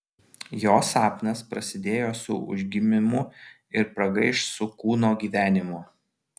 jo sapnas prasidėjo su užgimimu ir pragaiš su kūno gyvenimu